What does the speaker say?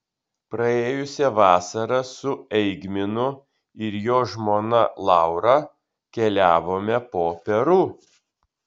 praėjusią vasarą su eigminu ir jo žmona laura keliavome po peru